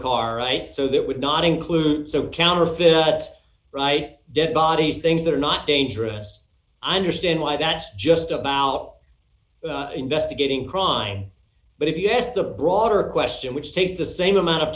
car right so that would not include so counterfeit that right dead bodies things that are not dangerous i understand why that's just about investigating crime but if you asked the broader question which takes the same amount of